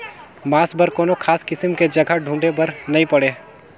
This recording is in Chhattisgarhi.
बांस बर कोनो खास किसम के जघा ढूंढे बर नई पड़े